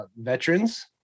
veterans